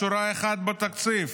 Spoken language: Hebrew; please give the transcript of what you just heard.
שורה אחת בתקציב.